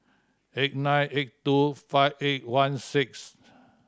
eight nine eight two five eight one six